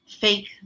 fake